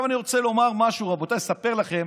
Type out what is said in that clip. אני רוצה לספר לכם